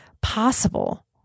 possible